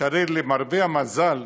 למרבה המזל,